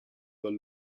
dal